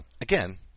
again